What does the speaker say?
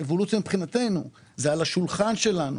זה על השולחן שלנו,